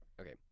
Okay